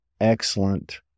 excellent